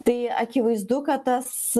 tai akivaizdu kad tas